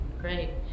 Great